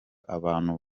abantu